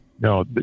No